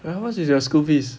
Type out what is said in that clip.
eh how much is your school fees